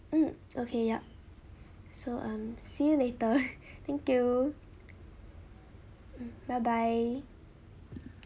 mm okay yup so um see you later thank you bye bye